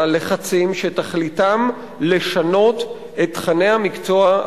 לחצים שתכליתם לשנות את תוכני המקצוע,